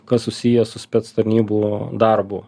kas susiję su spec tarnybų darbu